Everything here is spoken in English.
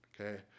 Okay